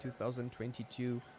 2022